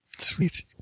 Sweet